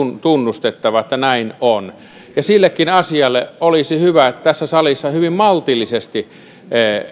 tunnustettava että näin on sillekin asialle olisi hyvä että tässä salissa hyvin maltillisesti